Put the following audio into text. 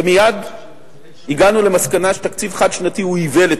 ומייד הגענו למסקנה שתקציב חד-שנתי הוא איוולת,